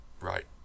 Right